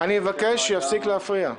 אני מבקש שיפסיק להפריע.